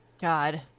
God